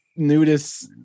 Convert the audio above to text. nudists